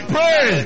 Pray